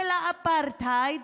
של האפרטהייד,